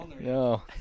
no